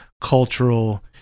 cultural